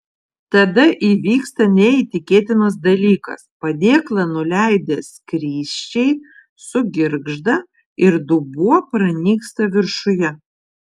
tada įvyksta neįtikėtinas dalykas padėklą nuleidę skrysčiai sugirgžda ir dubuo pranyksta viršuje